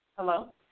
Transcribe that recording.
Hello